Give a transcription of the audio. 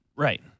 Right